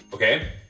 Okay